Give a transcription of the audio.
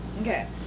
okay